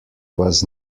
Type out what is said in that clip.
was